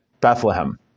Bethlehem